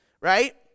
Right